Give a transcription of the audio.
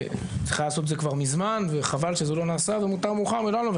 היה צריך לעשות את זה כבר מזמן וחבל שזה לא נעשה ומוטב מאוחר מלעולם לא.